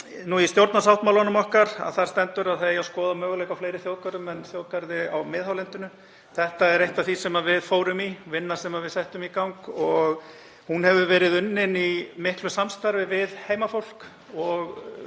Í stjórnarsáttmálanum okkar stendur að skoða eigi möguleika á fleiri þjóðgörðum en þjóðgarði á miðhálendinu. Þetta er eitt af því sem við fórum í, vinna sem við settum í gang og hún hefur verið unnin í miklu samstarfi við heimafólk og